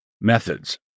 methods